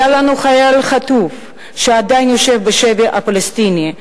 היה לנו חייל חטוף שעדיין יושב בשבי הפלסטיני,